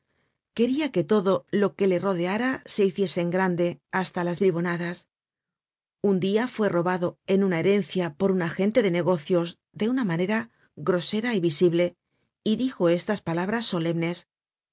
queria que todo lo que le rodeara se hiciese en grande hasta las bribonadas un dia fue robado en una herencia por un agente de negocios de una manera grosera y visible y dijo estas palabras solemnes